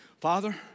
Father